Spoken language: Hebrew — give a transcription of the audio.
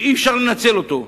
שאי-אפשר יהיה לנצל אותו.